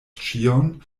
ĉion